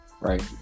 Right